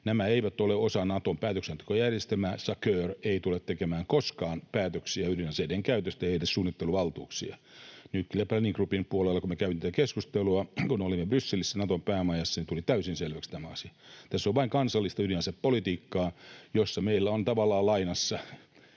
Nämä eivät ole osa Naton päätöksentekojärjestelmää. SACEUR ei tule tekemään koskaan päätöksiä ydinaseiden käytöstä, ei edes suunnitteluvaltuuksia. Kun me käytiin tätä keskustelua Nuclear Planning Groupin puolella, kun olimme Brysselissä Naton päämajassa, tuli täysin selväksi tämä asia. Tässä on vain kansallista ydinasepolitiikkaa, jossa meillä on tavallaan lainassa